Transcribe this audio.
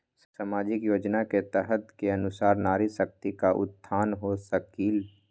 सामाजिक योजना के तहत के अनुशार नारी शकति का उत्थान हो सकील?